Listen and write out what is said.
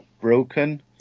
broken